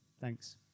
thanks